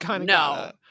no